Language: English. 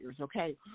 okay